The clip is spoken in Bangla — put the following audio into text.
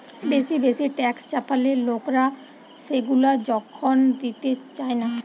বেশি বেশি ট্যাক্স চাপালে লোকরা সেগুলা যখন দিতে চায়না